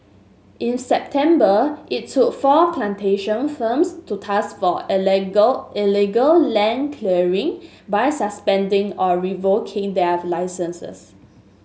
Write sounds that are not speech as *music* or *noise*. in September it took four plantation firms to task for *unintelligible* illegal land clearing by suspending or revoking their licences